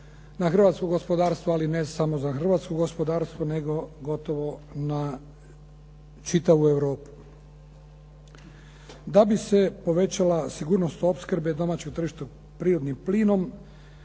na hrvatsko gospodarstvo ali ne samo za hrvatsko gospodarstvo nego gotovo na čitavu Europu. Da bi se povećala sigurnost opskrbe domaćeg tržišta prirodnim plinom